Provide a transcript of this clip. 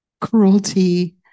cruelty